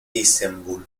istanbul